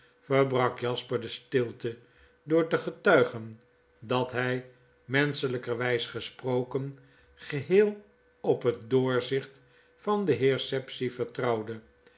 verbrak jasper destiltedoor te getuigen dat h j menschelgkerwys gesproken geheel op het doorzicht van den heer sapsea vertrouwde